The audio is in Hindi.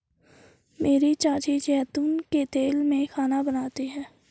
मेरी चाची जैतून के तेल में खाना बनाती है